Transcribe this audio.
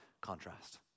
contrast